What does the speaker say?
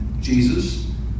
Jesus